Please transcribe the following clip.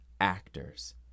actors